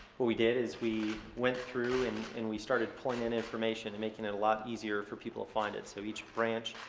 what we did is we went through and and we started pulling in information, and making it a lot easier for people to find it. so, each branch,